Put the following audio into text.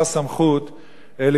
לפעול לטובת הקטין.